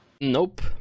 Nope